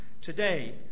today